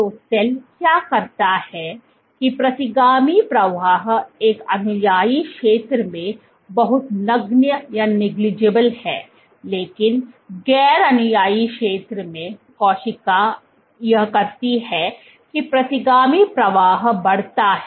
तो सेल क्या करता है की प्रतिगामी प्रवाह एक अनुयायी क्षेत्र में बहुत नगण्य है लेकिन गैर अनुयायी क्षेत्र में कोशिका यह करती है की प्रतिगामी प्रवाह बढ़ता है